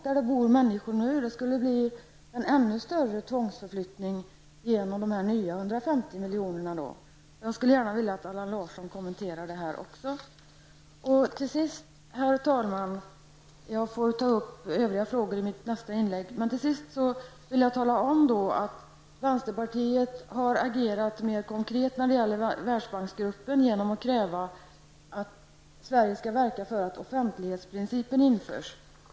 Det skulle bli fråga om ännu större tvångsförflyttningar på grund av de nya 150 miljonerna. Jag skulle gärna vilja att Allan Larsson kommenterar detta också. Herr talman! Jag tar övriga frågor i mitt nästa inlägg. Men jag vill tala om att vänsterpartiet har agerat mer konkret när det gäller Världsbanksgruppen genom att kräva att Sverige skall verka för att offentlighetsprincipen införs.